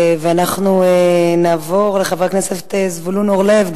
ואנחנו נעבור לחבר הכנסת זבולון אורלב,